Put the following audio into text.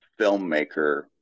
filmmaker